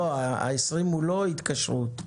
ה-20 הוא לא התקשרות.